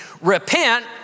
Repent